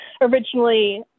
originally